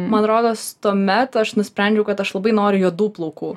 man rodos tuomet aš nusprendžiau kad aš labai noriu juodų plaukų